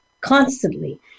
Constantly